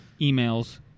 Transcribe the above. emails